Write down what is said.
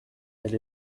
elle